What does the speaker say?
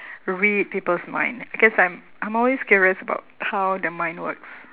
read people's mind because I'm I'm always curious about how the mind works